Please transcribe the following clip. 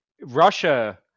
Russia